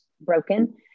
broken